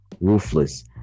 ruthless